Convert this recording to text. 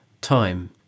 time